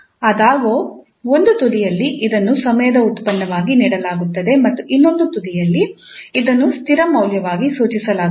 ಆದಾಗ್ಯೂ ಒಂದು ತುದಿಯಲ್ಲಿ ಇದನ್ನು ಸಮಯದ ಉತ್ಪನ್ನವಾಗಿ ನೀಡಲಾಗುತ್ತದೆ ಮತ್ತು ಇನ್ನೊಂದು ತುದಿಯಲ್ಲಿ ಇದನ್ನು ಸ್ಥಿರ ಮೌಲ್ಯವಾಗಿ ಸೂಚಿಸಲಾಗುತ್ತದೆ